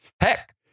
Heck